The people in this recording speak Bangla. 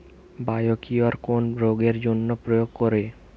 বায়োকিওর কোন রোগেরজন্য প্রয়োগ করে?